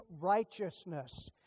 righteousness